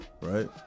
right